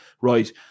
right